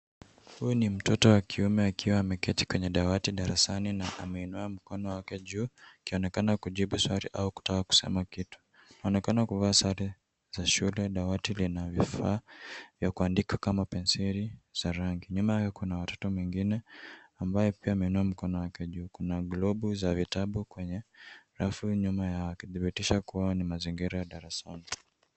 Huyu ni mtoto wa kiume akiwa ameketi kwenye dawati darasani na ameinua mkono wake juu akionekana kujibu sawali au kutaka kusema kitu. Anaonekana kuvaa sare za shule, dawati lina vifaa vya kuandika kama penseli za rangi. Nyuma yake kuna mtoto mwingine ambaye pia ameunua mkono wake juu. Kuna globu za vitabu kwenye rafu nyuma yao ikidhibitisha kuwa ni mazingira ya darasani.